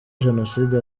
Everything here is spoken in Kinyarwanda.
jenoside